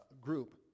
group